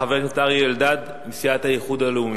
חבר הכנסת אריה אלדד מסיעת האיחוד הלאומי.